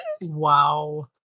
Wow